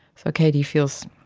so katie feels